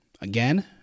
again